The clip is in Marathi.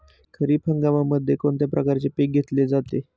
खरीप हंगामामध्ये कोणत्या प्रकारचे पीक घेतले जाते?